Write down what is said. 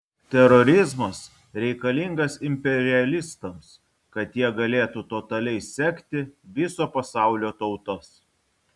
terorizmas reikalingas imperialistams kad jie galėtų totaliai sekti viso pasaulio tautas